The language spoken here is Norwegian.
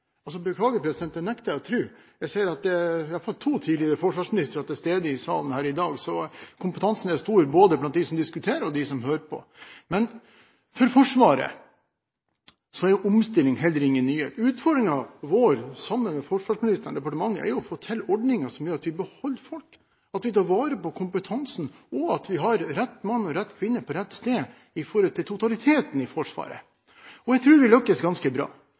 det nekter jeg å tro. Jeg ser at det i alle fall er to tidligere forsvarsministre til stede i salen i dag, så kompetansen er stor både blant dem som diskuterer, og dem som hører på. Omstilling er heller ingen nyhet i Forsvaret. Utfordringen vår – sammen med forsvarsministeren og departementet – er å få til ordninger som gjør at vi beholder folk, at vi tar vare på kompetansen, og at vi har rett mann og rett kvinne på rett sted med hensyn til totaliteten i Forsvaret. Jeg tror vi lykkes ganske bra.